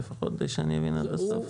לפחות כדי שאני אבין עד הסוף.